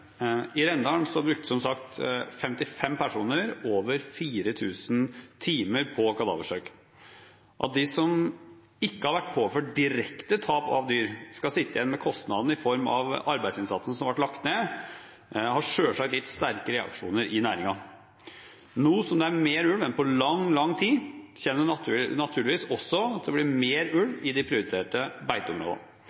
I Rendalen brukte som sagt 55 personer over 4 000 timer på kadaversøk. At de som ikke har vært påført direkte tap av dyr, skal sitte igjen med kostnaden i form av arbeidsinnsatsen som ble lagt ned, har selvsagt gitt sterke reaksjoner i næringen. Nå som det er mer ulv enn på lang, lang tid, kommer det naturligvis også til å bli mer